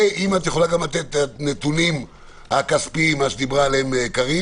ואם תוכלי לתת את הנתונים הכספיים שדיברה עליהם קארין